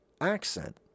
accent